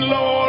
Lord